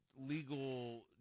legal